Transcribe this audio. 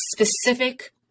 specific